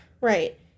right